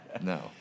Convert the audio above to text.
no